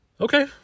Okay